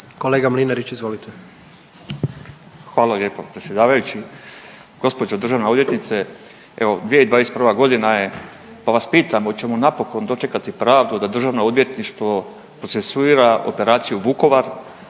**Mlinarić, Stipo (DP)** Hvala lijepo predsjedavajući. Gospođo državna odvjetnice, evo 2021. godina je pa vas pitam hoćemo napokon dočekati pravdu da državno odvjetništvo procesuira operaciju Vukovar,